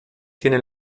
tiene